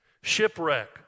Shipwreck